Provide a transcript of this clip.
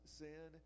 sin